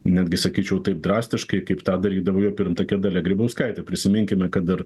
netgi sakyčiau taip drastiškai kaip tą darydavo jo pirmtakė dalia grybauskaitė prisiminkime kad ir